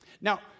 Now